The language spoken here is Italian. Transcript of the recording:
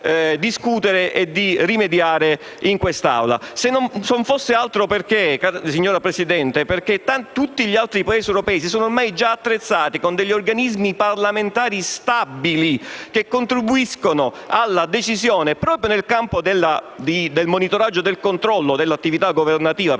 signora Presidente, tutti gli altri Paesi europei si sono già attrezzati con organismi parlamentari stabili, che contribuiscono alla decisione proprio nel campo del monitoraggio e del controllo dell'attività governativa. Chiaramente,